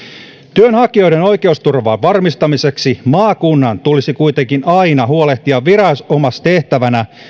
työnhakijoiden oikeusturvan varmistamiseksi maakunnan tulisi kuitenkin aina huolehtia viranomaistehtävänä